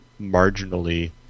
marginally